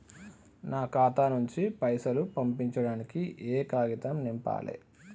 నా ఖాతా నుంచి పైసలు పంపించడానికి ఏ కాగితం నింపాలే?